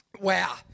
Wow